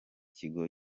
kigo